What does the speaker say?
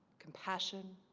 compassion